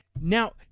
Now